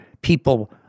people